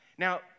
Now